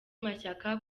mashyaka